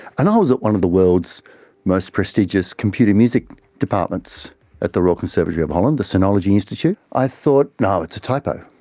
and i was at one of the world's most prestigious computer music departments at the royal conservatory of holland, the sonology institute. i thought, no, it's a typo,